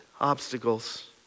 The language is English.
obstacles